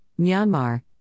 Myanmar